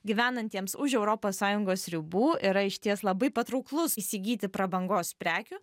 gyvenantiems už europos sąjungos ribų yra išties labai patrauklus įsigyti prabangos prekių